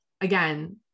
again